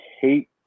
hate